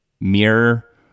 mirror